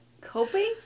Coping